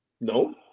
No